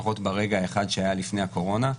לפחות ברגע אחד שהיה לפני הקורונה.